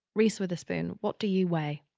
reese witherspoon, what do you weigh?